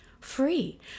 Free